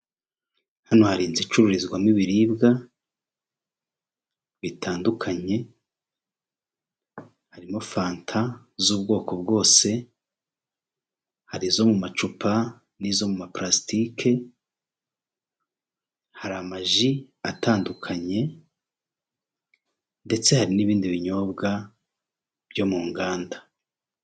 Hano hari inzu icururizwamo ibiribwa bitandukanye harimo fanta z'ubwoko bwose, hari izo mu macupa n'izo mu maparasitike, hari amaji atandukanye ndetse hari n'ibindi binyobwa byo mu nganda.